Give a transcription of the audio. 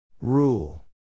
Rule